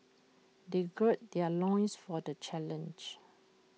they gird their loins for the challenge